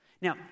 Now